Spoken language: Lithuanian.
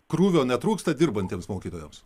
krūvio netrūksta dirbantiems mokytojams